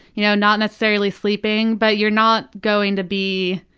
you know not necessarily sleeping, but you're not going to be,